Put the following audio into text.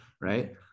Right